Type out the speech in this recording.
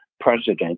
president